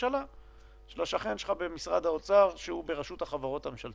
אם זה כך, זה ממש לא